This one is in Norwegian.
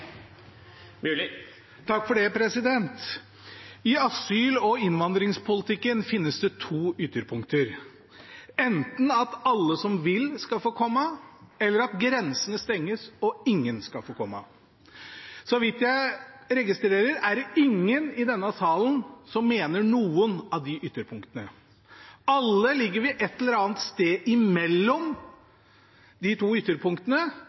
I asyl- og innvandringspolitikken finnes det to ytterpunkter – enten at alle som vil, skal få komme, eller at grensene stenges og ingen skal få komme. Så vidt jeg registrerer er det ingen i denne salen som mener noen av de ytterpunktene. Alle ligger vi et eller annet sted mellom de to ytterpunktene,